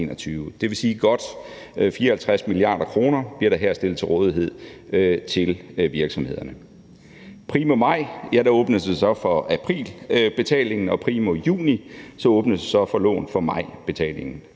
dvs. godt 54 mia. kr. bliver der her stillet til rådighed til virksomhederne. Primo maj åbnes der så for aprilbetalingen, og primo juni åbnes der så for lån for majbetalingen.